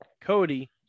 Cody